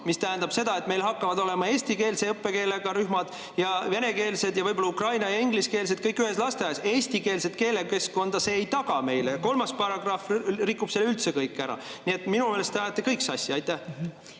mis tähendab seda, et meil hakkavad olema eestikeelse õppekeelega rühmad ja venekeelsed ja võib-olla ukraina- ja ingliskeelsed, kõik ühes lasteaias, aga eestikeelset keelekeskkonda see ei taga meile. Ja kolmas paragrahv rikub selle üldse kõik ära. Nii et minu meelest te ajate kõik sassi. Aitäh!